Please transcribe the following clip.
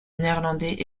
néerlandais